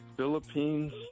Philippines